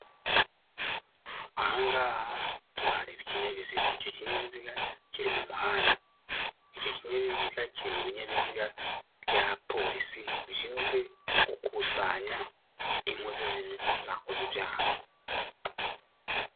Aha ngaha turareba ikinyabiziga, icyo kinyabiziga kiri mu muhanda, icyo kinyabiziga kiri mu binyabiziga bya polisi bishinzwe gukusanya inkozi z'ibibi zakoze ibyaha.